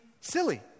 silly